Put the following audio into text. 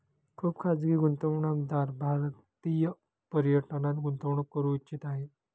खुप खाजगी गुंतवणूकदार भारतीय पर्यटनात गुंतवणूक करू इच्छित आहे